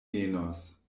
venos